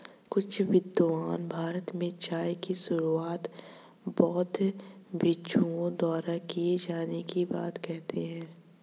कुछ विद्वान भारत में चाय की शुरुआत बौद्ध भिक्षुओं द्वारा किए जाने की बात कहते हैं